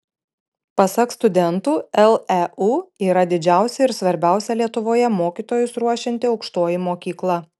pasak studentų leu yra didžiausia ir svarbiausia lietuvoje mokytojus ruošianti aukštoji mokykla